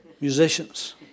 Musicians